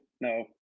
no